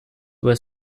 were